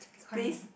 please